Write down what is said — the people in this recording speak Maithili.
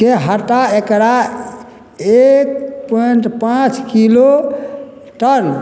के हटा एकरा एक पॉइन्ट पाँच किलो टन